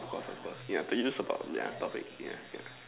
of course of course yeah but you still don't support me yeah yeah